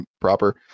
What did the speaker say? proper